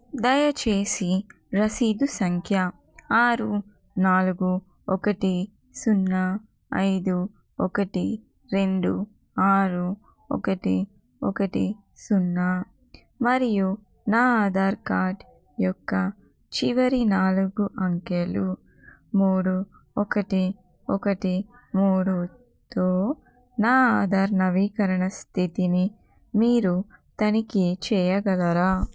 దయచేసి రసీదు సంఖ్య ఆరు నాలుగు ఒకటి సున్నా ఐదు ఒకటి రెండు ఆరు ఒకటి ఒకటి సున్నా మరియు నా ఆధార్ కార్డ్ యొక్క చివరి నాలుగు అంకెలు మూడు ఒకటి ఒకటి మూడుతో నా ఆధార్ నవీకరణ స్థితిని మీరు తనిఖీ చెయ్యగలరా